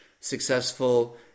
successful